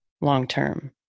long-term